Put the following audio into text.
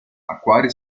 acquari